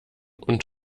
und